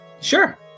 Sure